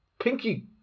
pinky